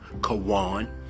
Kawan